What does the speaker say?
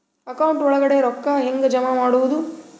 Account ಒಳಗಡೆ ರೊಕ್ಕ ಹೆಂಗ್ ಜಮಾ ಮಾಡುದು?